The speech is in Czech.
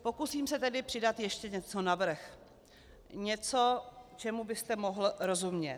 Pokusím se tedy přidat ještě něco navrch, něco, čemu byste mohl rozumět.